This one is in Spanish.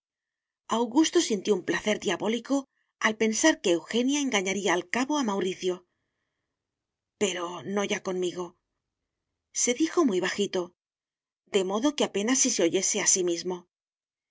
augusto sintió un placer diabólico al pensar que eugenia engañaría al cabo a mauricio pero no ya conmigo se dijo muy bajito de modo que apenas si se oyese a sí mismo